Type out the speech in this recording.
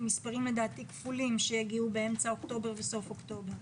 מספרים כפולים שלדעתי יגיעו באמצע אוקטובר וסוף אוקטובר.